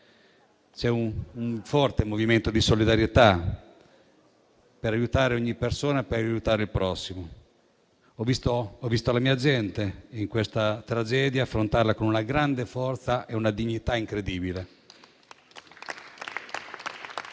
C'è un forte movimento di solidarietà per aiutare ogni persona e per aiutare il prossimo. Ho visto la mia gente affrontare questa tragedia con una grande forza e una dignità incredibile